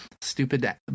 stupid